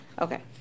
Okay